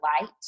light